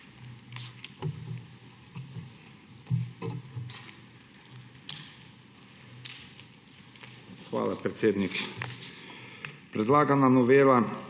Hvala, predsednik. Predlagana novela